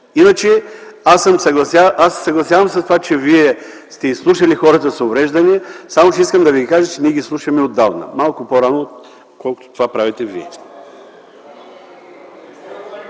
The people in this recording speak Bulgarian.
Аз се съгласявам с това, че вие сте изслушали хората с увреждания, само че искам да ви кажа, че ние ги слушаме отдавна, малко по-рано, отколкото това правите вие.